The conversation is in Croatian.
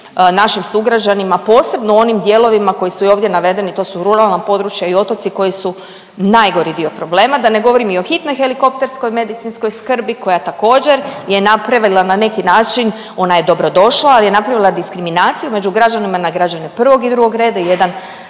našim sugrađanima, posebno u onim dijelovima koji su i ovdje navedeni, to su ruralna područja i otoci koji su najgori dio problem, da ne govorimo i o hitnoj helikopterskoj medicinskoj skrbi koja također je napravila na neki način, ona je dobrodošla, ali je napravila diskriminaciju među građanima na građane prvog i drugog reda i jedan